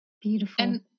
Beautiful